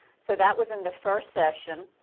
so that was in the first session,